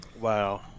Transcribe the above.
Wow